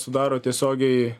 sudaro tiesiogiai